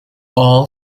all